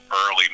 early